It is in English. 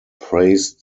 praised